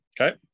Okay